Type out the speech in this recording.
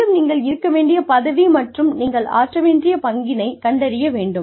மேலும் நீங்கள் இருக்க வேண்டிய பதவி மற்றும் நீங்கள் ஆற்ற வேண்டிய பங்கினை கண்டறிய வேண்டும்